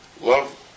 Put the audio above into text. Love